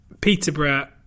Peterborough